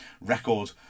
record